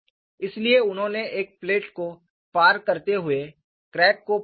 इसलिए उन्होंने एक प्लेट को पार करते हुए क्रैक को पकड़ लिया